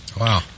Wow